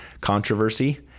controversy